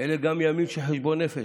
שאלה גם ימים של חשבון נפש.